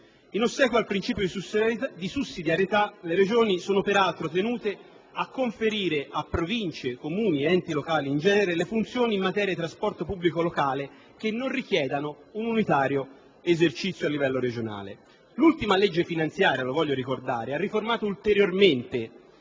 In ossequio al principio di sussidiarietà le Regioni sono peraltro tenute a conferire a Province, Comuni ed enti locali in genere le funzioni in materia di trasporto pubblico locale che non richiedano un unitario esercizio a livello regionale. L'ultima legge finanziaria ha riformato ulteriormente